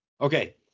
okay